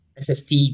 SST